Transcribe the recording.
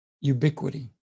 Ubiquity